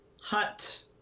hut